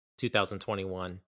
2021